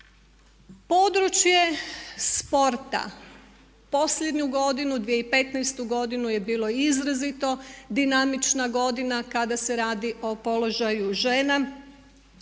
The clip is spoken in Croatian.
Područje sporta, posljednju godinu, 2015. godinu je bilo izrazito dinamična godina kada se radi o položaju žena